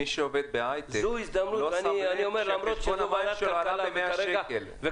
מי שעובד בהיי-טק לא שם לב שהחשבון עלה ב-100 שקלים.